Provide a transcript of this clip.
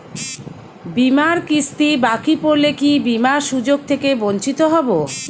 বিমার কিস্তি বাকি পড়লে কি বিমার সুযোগ থেকে বঞ্চিত হবো?